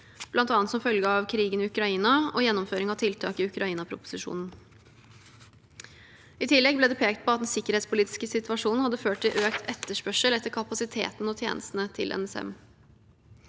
bl.a. som følge av krigen i Ukraina og gjennomføring av tiltak i Ukraina-proposisjonen. I tillegg ble det pekt på at den sikkerhetspolitiske situasjonen hadde ført til økt etterspørsel etter kapasiteten og tjenestene til NSM.